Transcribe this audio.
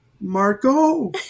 Marco